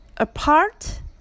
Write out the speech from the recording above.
Apart